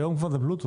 היום זה כבר בלוטוס.